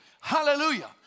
Hallelujah